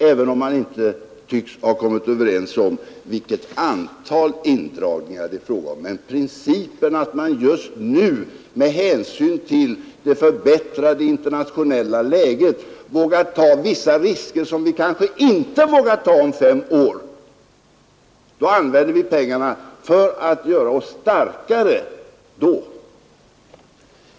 Även om man inte tycks ha kommit överens om antalet indragningar, så är man överens om principen att vi just nu med hänsyn till det förbättrade internationella läget vågar ta vissa risker som vi kanske inte vågar ta om fem år och att vi använder pengarna för att göra oss starkare då.